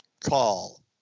call